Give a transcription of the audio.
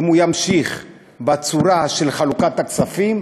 אם הוא ימשיך בצורה של חלוקת הכספים,